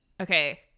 okay